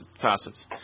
facets